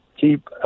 keep